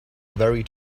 very